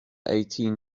eighteen